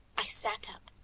i sat up,